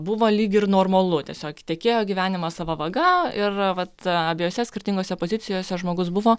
buvo lyg ir normalu tiesiog tekėjo gyvenimas sava vaga ir vat abiejose skirtingose pozicijose žmogus buvo